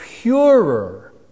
purer